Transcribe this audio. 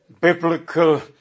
biblical